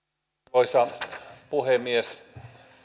arvoisa puhemies